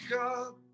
up